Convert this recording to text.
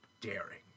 daring